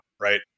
right